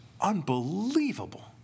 unbelievable